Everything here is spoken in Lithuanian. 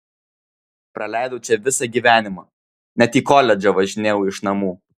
praleidau čia visą gyvenimą net į koledžą važinėjau iš namų